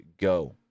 go